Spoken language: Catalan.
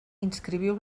inscriviu